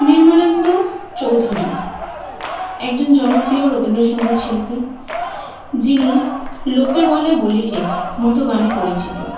নির্মলেন্দু চৌধুরী একজন জনপ্রিয় রবীন্দ সঙ্গীত শিল্পী যিনি লোকে বলে বলি রে মতো গানে পরিচিত